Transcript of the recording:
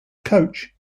coach